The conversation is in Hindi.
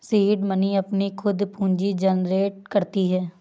सीड मनी अपनी खुद पूंजी जनरेट करती है